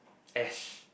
Ash